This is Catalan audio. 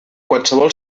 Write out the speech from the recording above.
qualsevol